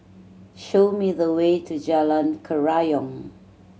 show me the way to Jalan Kerayong